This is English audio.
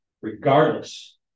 regardless